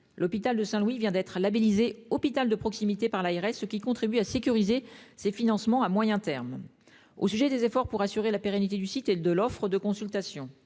L'hôpital de Saint-Louis vient d'être labellisé « hôpital de proximité » par l'ARS, ce qui contribue à sécuriser ses financements à moyen terme. De nombreux efforts ont été consentis pour assurer la pérennité du site et l'offre de consultations